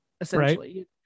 essentially